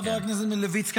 חבר הכנסת מלביצקי,